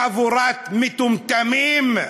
חבורת מטומטמים.